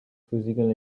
physical